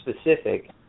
specific